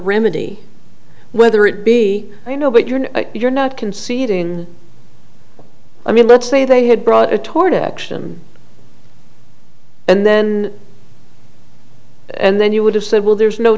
remedy whether it be you know but you're not you're not conceding i mean let's say they had brought a tort action and then and then you would have said well there's no